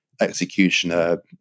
executioner